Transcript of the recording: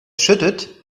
schüttet